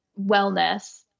wellness